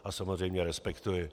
A samozřejmě respektuji.